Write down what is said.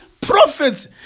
prophets